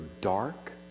dark